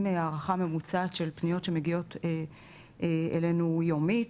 הערכה ממוצעת של פניות שמגיעות אלינו יומית,